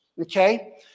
okay